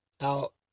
out